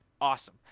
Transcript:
Awesome